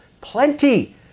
Plenty